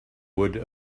wood